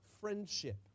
friendship